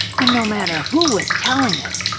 and no matter who was telling it,